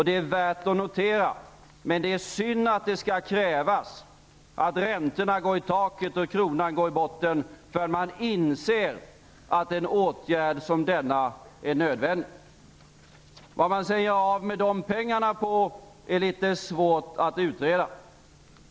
Det är värt att notera men det är synd att det skall krävas att räntorna går i taket och kronan går i botten innan man inser att en åtgärd som denna är nödvändig. Vad man sedan gör av dessa pengar på är litet svårt att utreda.